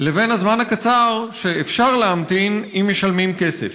לבין הזמן הקצר שאפשר להמתין אם משלמים כסף.